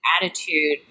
attitude